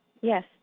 Yes